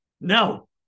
No